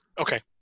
Okay